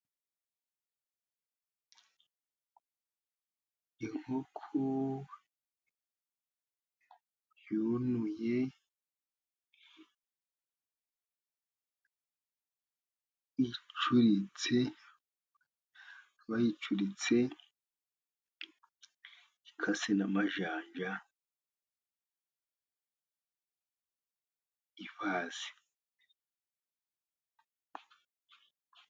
Inkoko yubuye, icuritse. Bayicuritse ikase n'amajanja ibaze.